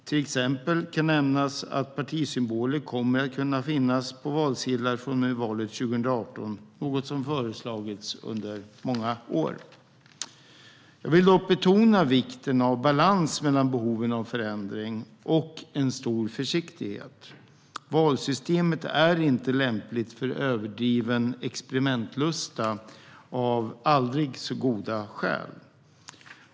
Till exempel kan nämnas att partisymboler kommer att kunna finnas på valsedlar från och med valet 2018, något som föreslagits under många år. Jag vill dock betona vikten av balans mellan behoven av förändring och en stor försiktighet. Valsystemet är inte lämpligt för överdriven experimentlusta även om den har aldrig så goda skäl.